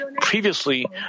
Previously